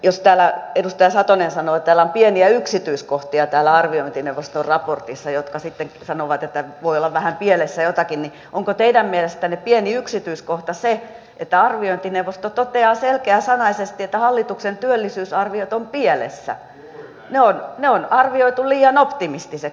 jos täällä edustaja sanoo että täällä arviointineuvoston raportissa on pieniä yksityiskohtia jotka sitten sanovat että voi olla vähän pielessä jotakin niin onko teidän mielestänne pieni yksityiskohta se että arviointineuvosto toteaa selkeäsanaisesti että hallituksen työllisyysarviot ovat pielessä ne on arvioitu liian optimistisiksi